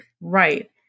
Right